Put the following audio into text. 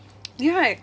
you know right